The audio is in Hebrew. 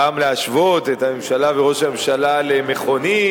פעם להשוות את הממשלה וראש הממשלה למכונית,